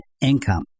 income